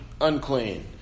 unclean